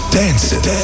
dancing